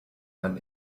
man